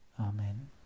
Amen